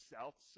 South